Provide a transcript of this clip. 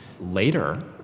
Later